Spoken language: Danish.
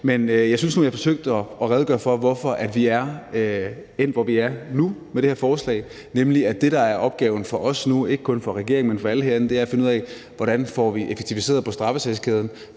Men jeg synes nu, jeg forsøgte at redegøre for, hvorfor vi er endt, hvor vi er nu med det her forslag, nemlig at det, der er opgaven for os nu – ikke kun for regeringen, men for alle herinde – er at finde ud af, hvordan vi får effektiviseret straffesagskæden.